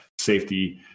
safety